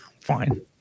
Fine